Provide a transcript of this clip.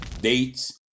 Dates